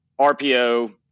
RPO